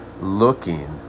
looking